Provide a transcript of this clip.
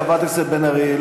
חברת הכנסת בן ארי,